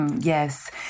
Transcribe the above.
Yes